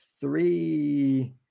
three